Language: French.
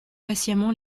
patiemment